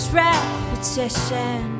repetition